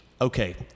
okay